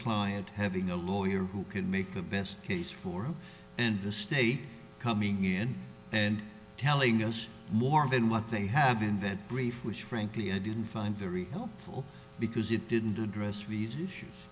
client having a lawyer who can make the best case for and the state coming in and telling us more than what they have in that brief which frankly i didn't find very helpful because it didn't address these issues